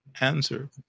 answer